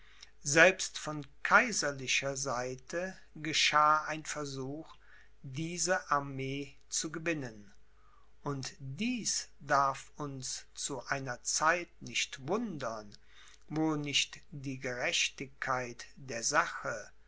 selbst von kaiserlicher seite geschah ein versuch diese armee zu gewinnen und dies darf uns zu einer zeit nicht wundern wo nicht die gerechtigkeit der sache